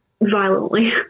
violently